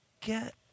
Get